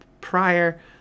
prior